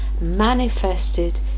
manifested